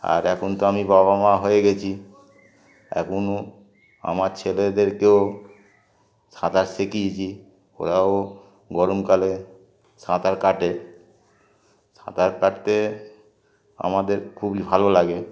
আর এখন তো আমি বাবা মা হয়ে গেছি এখনও আমার ছেলেদেরকেও সাঁতার শিখিয়েছি ওরাও গরমকালে সাঁতার কাটে সাঁতার কাটতে আমাদের খুবই ভালো লাগে